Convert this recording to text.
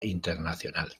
internacional